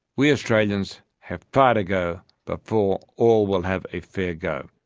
we australians have far to go before all will have a fair go.